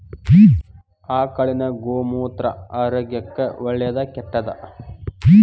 ಆಕಳಿನ ಗೋಮೂತ್ರ ಆರೋಗ್ಯಕ್ಕ ಒಳ್ಳೆದಾ ಕೆಟ್ಟದಾ?